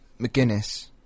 McGuinness